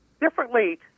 differently